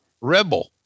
rebel